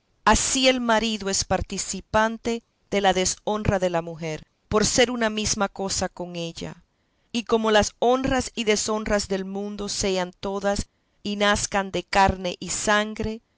así el marido es participante de la deshonra de la mujer por ser una mesma cosa con ella y como las honras y deshonras del mundo sean todas y nazcan de carne y sangre